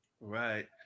Right